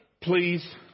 please